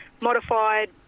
modified